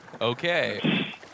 okay